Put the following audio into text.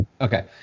Okay